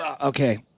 okay